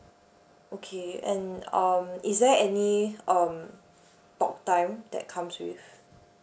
okay and um is there any um talk time that comes with